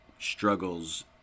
struggles